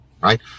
right